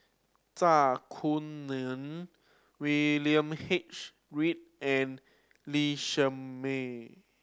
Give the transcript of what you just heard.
Zai Kuning William H Read and Lee Shermay